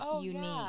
unique